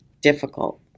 difficult